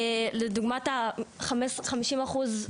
לדוגמת החמישים אחוז,